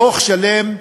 דוח שלם,